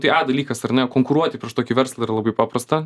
tai a dalykas ar ne konkuruoti prieš tokį verslą yra labai paprasta